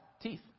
teeth